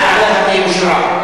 הפנים אושרה.